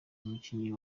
umukinnyi